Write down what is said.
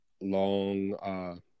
long